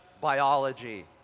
biology